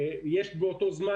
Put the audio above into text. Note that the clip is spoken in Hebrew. בנוסף,